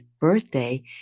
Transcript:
birthday